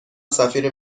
سفیر